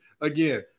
again